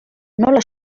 nola